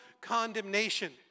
condemnation